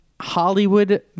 Hollywood